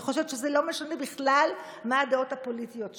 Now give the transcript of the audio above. אני חושבת שזה לא משנה בכלל מה הדעות הפוליטיות שלנו,